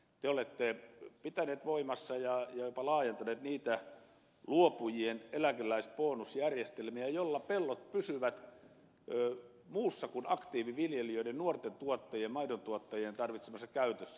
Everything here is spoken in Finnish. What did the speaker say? te olette pitänyt voimassa ja jopa laajentanut niitä luopujien eläkeläisbonusjärjestelmiä joilla pellot pysyvät muussa kuin aktiiviviljelijöiden nuorten tuottajien maidontuottajien tarvitsemassa käytössä